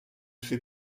fait